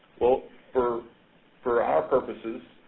well, for for our purposes,